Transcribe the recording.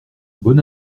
bonne